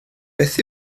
beth